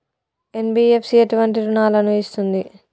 NBFC ఎటువంటి రుణాలను ఇస్తుంది?